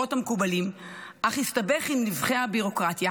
בצינורות המקובלים אך הסתבך בנבכי הביורוקרטיה,